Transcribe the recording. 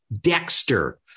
Dexter